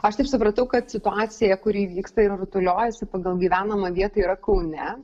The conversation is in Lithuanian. aš taip supratau kad situacija kuri vyksta ir rutuliojasi pagal gyvenamą vietą yra kaune